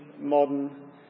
modern